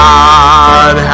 God